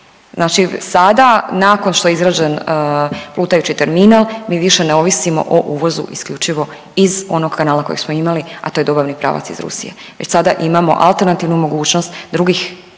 znači sada nakon što je izgrađen plutajući terminal mi više ne ovisimo o uvozu isključivo iz onog kanala kojeg smo imali, a to je dobavni pravac iz Rusije, već sada imamo alternativnu mogućnost drugih izvora